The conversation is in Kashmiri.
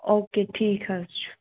او کے ٹھیٖک حظ چھُ